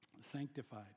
sanctified